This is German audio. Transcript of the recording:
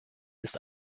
ist